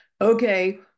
Okay